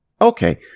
okay